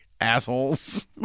assholes